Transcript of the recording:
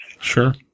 Sure